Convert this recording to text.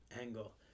angle